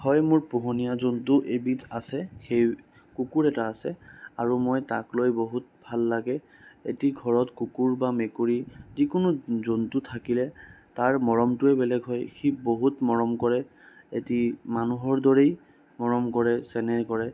হয় মোৰ পোহনয়ীা জন্তু এবিধ আছে সেই কুকুৰ এটা আছে আৰু মই তাক লৈ বহুত ভাল লাগে এটি ঘৰত কুকুৰ বা মেকুৰী যিকোনো জন্তু থাকিলে তাৰ মৰমটোৱে বেলেগ হয় সি বহুত মৰম কৰে এটি মানুহৰ দৰেই মৰম কৰে চেনেহ কৰে